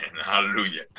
Hallelujah